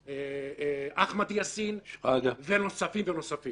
זה אחמד יאסין ונוספים, ונוספים.